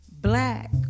Black